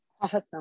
Awesome